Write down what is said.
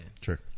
Sure